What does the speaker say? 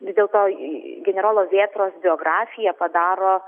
vis dėlto į generolo vėtros biografiją padaro